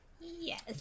Yes